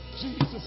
Jesus